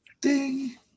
Ding